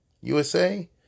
USA